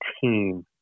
team